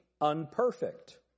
unperfect